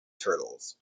turtles